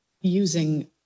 using